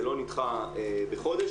זה לא נדחה בחודש.